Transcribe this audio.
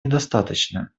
недостаточно